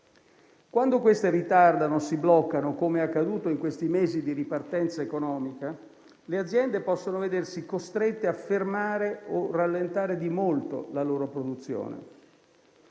quando queste ritardano o si bloccano, come è accaduto in questi mesi di ripartenza economica, le aziende possono vedersi costrette a fermare o rallentare di molto la loro produzione.